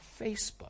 Facebook